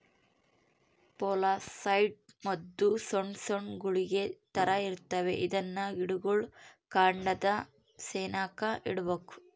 molluscicide ಮದ್ದು ಸೊಣ್ ಸೊಣ್ ಗುಳಿಗೆ ತರ ಇರ್ತತೆ ಇದ್ನ ಗಿಡುಗುಳ್ ಕಾಂಡದ ಸೆನೇಕ ಇಡ್ಬಕು